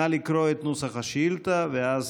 נא לקרוא את נוסח השאילתה, ואז